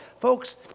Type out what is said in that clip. Folks